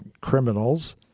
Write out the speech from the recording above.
criminals